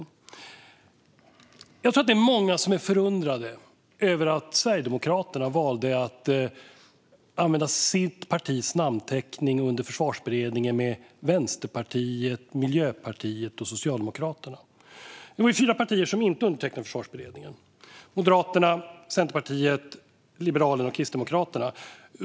Jag tror att det är många som är förundrade över att Sverigedemokraterna valde att använda sitt partis namnteckning under Försvarsberedningens rapport tillsammans med Vänsterpartiet, Miljöpartiet och Socialdemokraterna. Det var ju fyra partier som inte undertecknade Försvarsberedningens rapport: Moderaterna, Centerpartiet, Liberalerna och Kristdemokraterna.